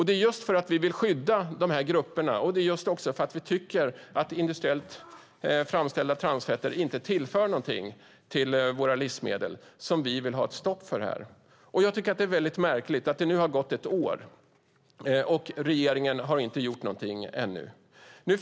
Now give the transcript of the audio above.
Det är just för att vi vill skydda dessa grupper och tycker att industriellt framställda transfetter inte tillför något till våra livsmedel som vi vill ha ett stopp för dem. Jag tycker att det är mycket märkligt att det nu har gått ett år och att regeringen ännu inte har gjort något.